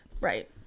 Right